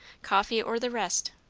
coffee or the rest?